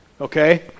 Okay